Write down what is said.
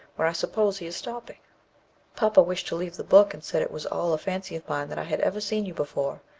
where i suppose he is stopping papa wished to leave the book, and said it was all a fancy of mine that i had ever seen you before,